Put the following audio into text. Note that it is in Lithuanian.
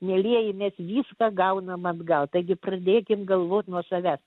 mielieji mes viską gaunam atgal taigi pradėkim galvot nuo savęs